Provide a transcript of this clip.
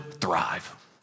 thrive